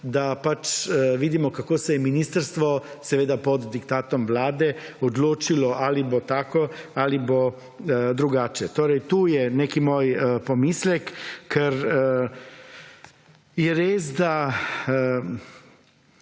da pač vidimo kako se je ministrstvo, seveda pod diktatom vlade odločilo ali bo tako ali bo drugače. Torej, tu je nek moj pomislek, ker je res, da…